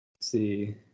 see